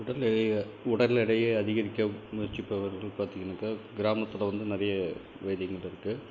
உடல் எடையை உடல் எடையை அதிகரிக்க முயற்சிப்பவர்கள் பார்த்தீங்கன்னக்கா கிராமத்தில் வந்து நிறைய வழிகள் இருக்குது